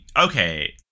Okay